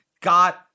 got